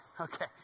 Okay